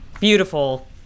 beautiful